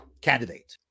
candidate